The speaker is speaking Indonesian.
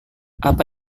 apa